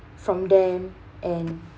from them and